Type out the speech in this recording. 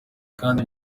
kandi